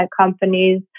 companies